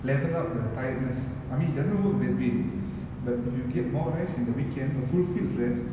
level up your tiredness I mean it doesn't work that way but if you get more rest in the weekend a fulfilled rest